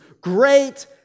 great